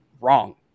wrong